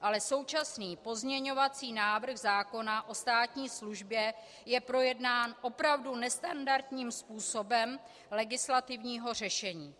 Ale současný pozměňovací návrh zákona o státní službě je projednán opravu nestandardním způsobem legislativního řešení.